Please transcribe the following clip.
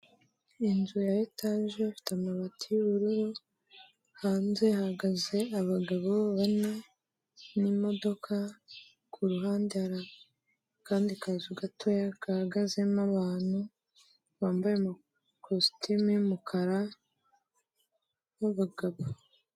Inzu ya etaje ifite amabati y'ubururu, hanze hahagaze abagabo bane n'imodoka, kuruhande hari akandi kazu gatoya gahagazemo abantu bambaye amakositimu y'umukara b'abagabo.